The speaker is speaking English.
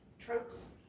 tropes